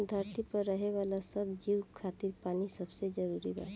धरती पर रहे वाला सब जीव खातिर पानी सबसे जरूरी बा